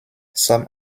some